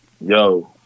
Yo